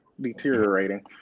deteriorating